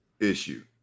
Issue